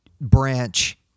branch